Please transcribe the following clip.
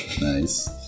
Nice